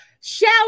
shower